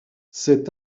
cet